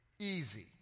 easy